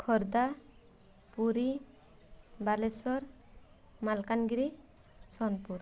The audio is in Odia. ଖୋର୍ଦ୍ଧା ପୁରୀ ବାଲେଶ୍ୱର ମାଲକାନଗିରି ସୋନପୁର